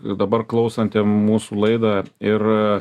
dabar klausantiem mūsų laida ir